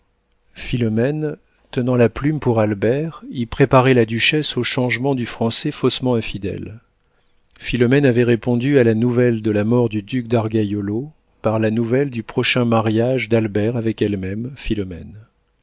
philomène tenant la plume pour albert y préparait la duchesse au changement du français faussement infidèle philomène avait répondu à la nouvelle de la mort du duc d'argaiolo par la nouvelle du prochain mariage d'albert avec elle-même philomène